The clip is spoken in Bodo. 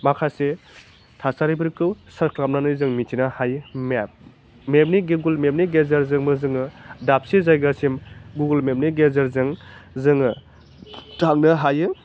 माखासे थासारिफोरखौ सार्च खालामनानै जोङो मोन्थिनो हायो मेप मेपनि गुगोल मेपनि गेजेरजोंबो जोङो दाबसे जायगासिम गुगोल मेपनि गेजेरजों जोङो थांनो हायो